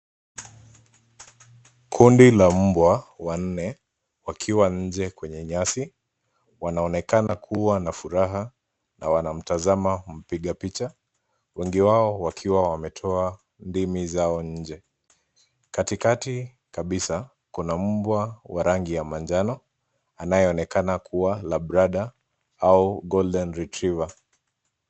Kundi la mbwa wanne wakiwa nje kwenye nyasi, wanaonekan kuwa na furaha na wanamtazama mpiga picha, wengi wao wakiwa wametoa ndimi zao nje. Katikati kabisa kuna mbwa wa rangi ya manjano anayeonekana kuwa Labrador au Golden Retriever .